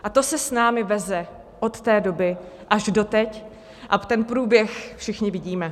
A to se s námi veze od té doby až doteď a ten průběh všichni vidíme.